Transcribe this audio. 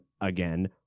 again